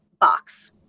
box